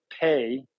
pay